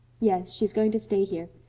yes, she's going to stay here.